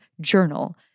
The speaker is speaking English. journal